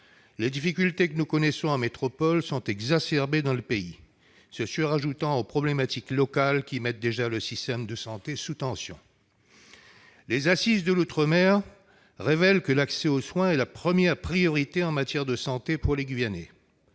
Les difficultés que nous connaissons en métropole sont exacerbées dans ce territoire et se surajoutent aux problématiques locales qui mettent déjà le système de santé sous tension. Les assises des outre-mer ont révélé que l'accès aux soins est la priorité absolue en matière de santé pour les Guyanais.